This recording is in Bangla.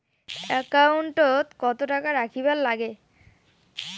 একাউন্টত কত টাকা রাখীর নাগে?